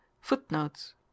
Footnotes